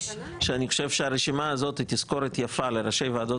אני חושב שהרשימה הזאת היא תזכורת יפה לראשי ועדות